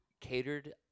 catered